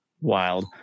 wild